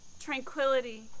tranquility